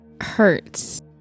hurts